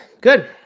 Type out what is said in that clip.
good